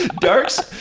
darcs?